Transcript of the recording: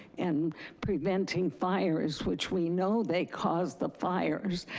and preventing fires, which we know they caused the fires.